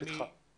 אני